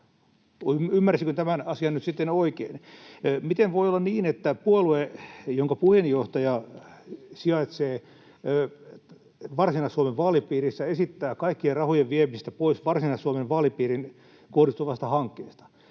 Ymmärsinkö tämän asian nyt sitten oikein? Miten voi olla niin, että puolue, jonka puheenjohtaja sijaitsee Varsinais-Suomen vaalipiirissä, esittää kaikkien rahojen viemistä pois Varsinais-Suomen vaalipiiriin kohdistuvasta hankkeesta?